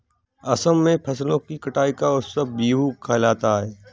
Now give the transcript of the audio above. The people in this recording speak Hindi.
असम में फसलों की कटाई का उत्सव बीहू कहलाता है